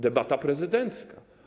Debata prezydencka.